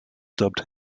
dubbed